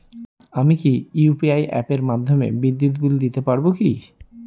আমি কি ইউ.পি.আই অ্যাপের মাধ্যমে বিদ্যুৎ বিল দিতে পারবো কি?